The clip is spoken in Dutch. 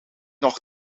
nog